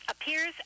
Appears